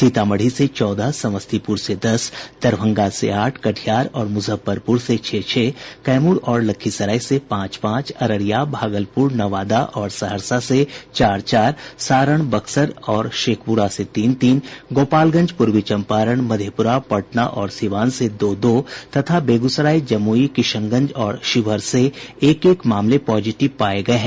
सीतामढ़ी से चौदह समस्तीपुर से दस दरभंगा से आठ कटिहार और मुजफ्फरपुर से छह छह कैमूर और लखीसराय से पांच पांच अररिया भागलपुर नवादा और सहरसा से चार चार सारण बक्सर तथा शेखपुरा से तीन तीन गोपालगंज पूर्वी चंपारण मधेपुरा पटना और सीवान से दो दो तथा बेगूसराय जमुई किशनगंज और शिवहर से एक एक मामले पॉजिटिव पाये गये हैं